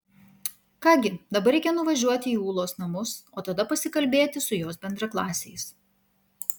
ką gi dabar reikia nuvažiuoti į ūlos namus o tada pasikalbėti su jos bendraklasiais